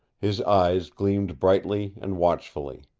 his eyes gleamed brightly and watchfully.